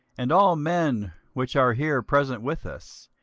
and all men which are here present with us,